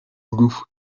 ngufu